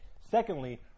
secondly